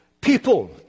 People